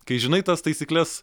kai žinai tas taisykles